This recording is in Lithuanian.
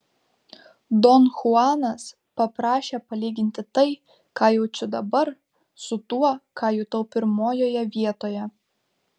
don chuanas paprašė palyginti tai ką jaučiu dabar su tuo ką jutau pirmojoje vietoje